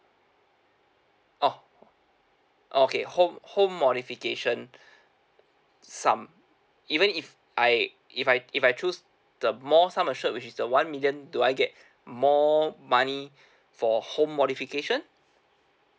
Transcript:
orh okay home home modification sum even if I if I if I choose the more sum insured which is the one million do I get more money for home modification